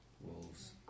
wolves